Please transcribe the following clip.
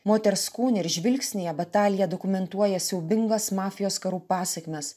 moters kūne ir žvilgsnyje batalija dokumentuoja siaubingas mafijos karų pasekmes